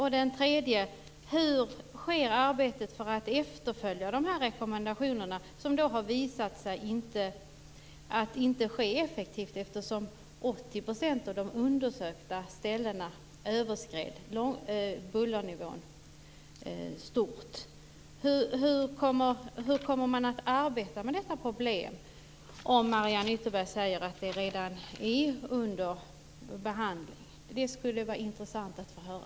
Hur sker arbetet för att efterfölja rekommendationerna? Det har ju visat sig inte ske effektivt, eftersom 80 % av de undersökta ställena överskred bullergränsen stort. Hur kommer man att arbeta med detta problem? Mariann Ytterberg säger att denna fråga redan är under behandling. Det skulle vara intressant att få höra.